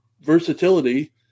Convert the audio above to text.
versatility